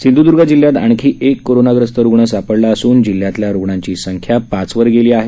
सिंधूदर्ग जिल्ह्यात आणखी एक कोरोनाग्रस्त रुग्ण सापडला असून जिल्ह्यातल्या रुग्णाची संख्या पाचवर गेली आहे